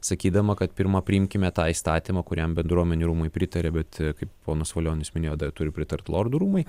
sakydama kad pirma priimkime tą įstatymą kuriam bendruomenių rūmai pritarė bet kai ponas valionis minėjo dar turi pritart lordų rūmai